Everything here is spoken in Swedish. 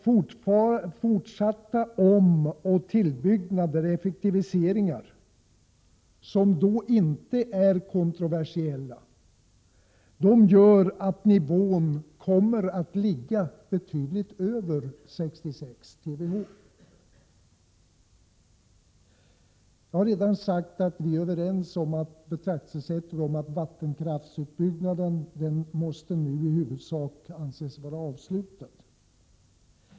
Fortsatta omoch utbyggnader och effektiviseringar, som inte är kontroversiella, gör att nivån kommer att ligga betydligt över 66 TWh. Jag har redan sagt att vi är överens om betraktelsesättet att vattenkraftsutbyggnaden måste anses vara i huvudsak avslutad.